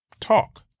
talk